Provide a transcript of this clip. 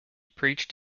preached